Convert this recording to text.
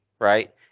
Right